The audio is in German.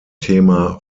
thema